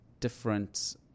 different